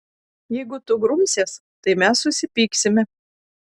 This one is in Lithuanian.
jeigu tu grumsies tai mes susipyksime